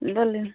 बोलू